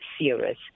serious